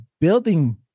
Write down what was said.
building